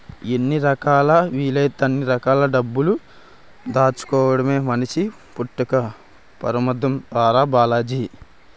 ఎన్ని రకాలా వీలైతే అన్ని రకాల డబ్బులు దాచుకోడమే మనిషి పుట్టక్కి పరమాద్దం రా బాలాజీ